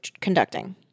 conducting